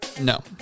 No